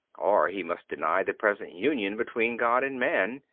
or he must deny the present union between god and man,